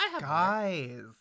Guys